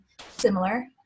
similar